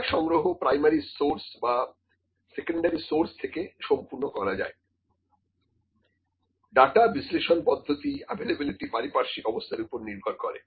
data সংগ্রহ primary source বা secondary source থেকে সম্পূর্ণ করা যায় ডাটা বিশ্লেষণ পদ্ধতি অ্যাভেলেবলিটি পারিপার্শ্বিক অবস্থার উপর নির্ভর করে